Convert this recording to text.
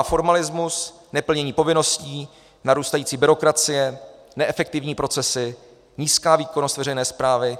Přetrvává formalismus, neplnění povinností, narůstající byrokracie, neefektivní procesy, nízká výkonnost veřejné správy.